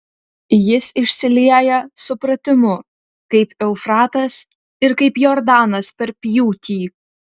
jis išsilieja supratimu kaip eufratas ir kaip jordanas per pjūtį